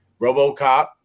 RoboCop